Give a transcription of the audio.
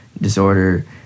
disorder